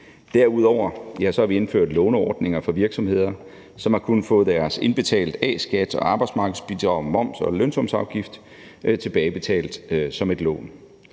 Derudover har vi indført låneordninger for virksomheder, som har kunnet få deres indbetalte A-skat og arbejdsmarkedsbidrag, moms og lønsumsafgift tilbagebetalt som et lån.